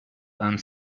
and